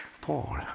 Paul